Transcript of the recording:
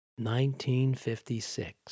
1956